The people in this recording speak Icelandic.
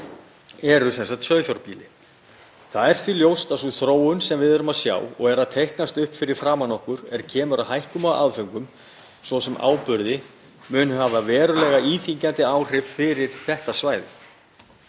eru sauðfjárbýli. Það er því ljóst að sú þróun sem við erum að sjá teiknast upp fyrir framan okkur er kemur að hækkun á aðföngum, svo sem áburði, mun hafa verulega íþyngjandi áhrif fyrir þetta svæði.